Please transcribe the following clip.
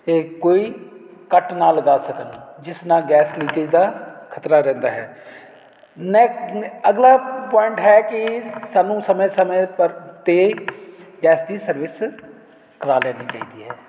ਇਹ ਕੋਈ ਕੱਟ ਨਾ ਲਗਾ ਸਕਣ ਜਿਸ ਨਾਲ ਗੈਸ ਲੀਕੇਜ ਦਾ ਖਤਰਾ ਰਹਿੰਦਾ ਹੈ ਨੈ ਅਗਲਾ ਪੁਆਇੰਟ ਹੈ ਕਿ ਸਾਨੂੰ ਸਮੇਂ ਸਮੇਂ ਪਰ 'ਤੇ ਗੈਸ ਦੀ ਸਰਵਿਸ ਕਰਵਾ ਲੈਣੀ ਚਾਹੀਦੀ ਹੈ